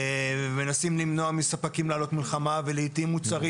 מנסות למנוע מספקים להעלות מחירים ולעיתים מוצרים